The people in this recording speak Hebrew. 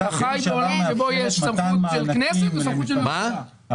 אתה חי בעולם שבו יש סמכות של כנסת וסמכות של --- החלטת